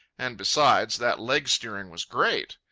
and besides, that leg-steering was great.